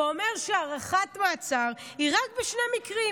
והוא אומר שהארכת מעצר היא רק בשני מקרים: